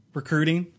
recruiting